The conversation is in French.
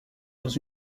dans